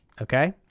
Okay